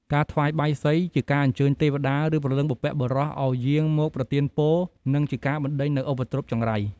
ការថ្វាយបាយសីជាការអញ្ជើញទេវតា ឬព្រលឹងបុព្វបុរសឱ្យយាងមកប្រទានពរ និងជាការបណ្ដេញនូវឧបទ្រពចង្រៃ។